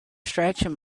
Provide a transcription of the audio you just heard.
stretching